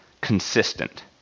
consistent